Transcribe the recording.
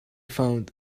found